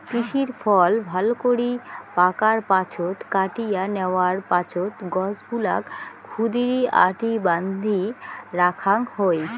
তিসির ফল ভালকরি পাকার পাছত কাটিয়া ন্যাওয়ার পাছত গছগুলাক ক্ষুদিরী আটি বান্ধি রাখাং হই